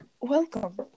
welcome